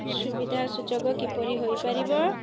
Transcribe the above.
ସୁବିଧା ସୁଯୋଗ କିପରି ହୋଇପାରିବ ଆଉ